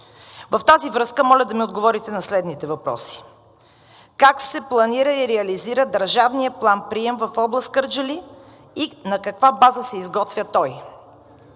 В тази връзка моля да ми отговорите на следните въпроси: как се планира и реализира държавният план-прием в област Кърджали и на каква база се изготвя той?